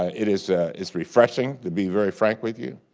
ah it is is refreshing to be very frank with you.